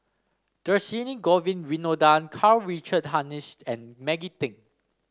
Dhershini Govin Winodan Karl Richard Hanitsch and Maggie Teng